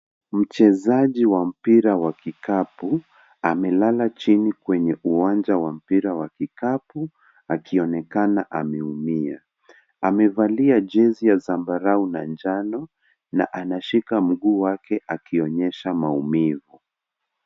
Mchezaji wa mpira wa vikapu amelala chini kwenye uwanja wa mpira wa kikapu akionekana ameumia. Amevalia jezi ya zambarau na njano na anashika mguu wake akionyesha maumivu.